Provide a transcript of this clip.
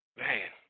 man